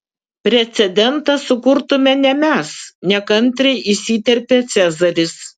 precedentą sukurtume ne mes nekantriai įsiterpė cezaris